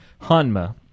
Hanma